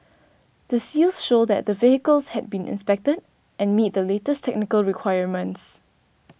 the seals show that the vehicles have been inspected and meet the latest technical requirements